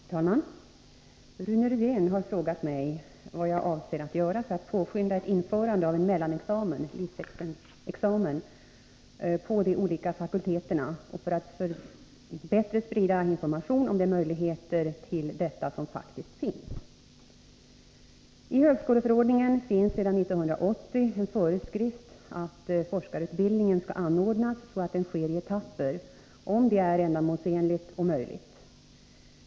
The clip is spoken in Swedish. Herr talman! Rune Rydén har frågat mig vad jag avser att göra för att påskynda ett införande av en mellanexamen på de olika fakulteterna och för att bättre sprida information om de möjligheter till detta som faktiskt finns. I högskoleförordningen finns sedan 1980 en föreskrift att forskarutbildningen skall anordnas så att den sker i etapper, om det är ändamålsenligt och möjligt.